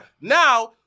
Now